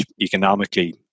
economically